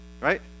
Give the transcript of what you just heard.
Right